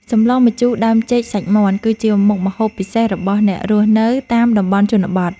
សម្លម្ជូរដើមចេកសាច់មាន់ គឺជាមុខម្ហូបពិសេសរបស់អ្នករស់នៅតាមតំបន់ជនបទ។